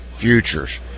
futures